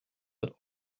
but